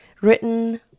written